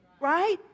Right